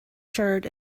shirt